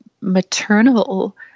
maternal